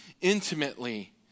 intimately